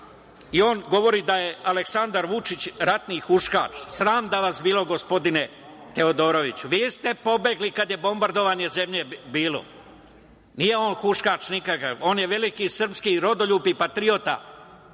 i on govori da je Aleksandar Vučić ratni huškaš. Sram da vas bude, gospodine Teodoroviću. Vi ste pobegli kada je bombardovanje zemlje bilo. Nije on huškaš nikakav, on je veliki srpski rodoljub i patriota.